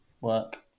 work